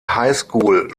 highschool